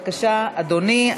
הרווחה והבריאות?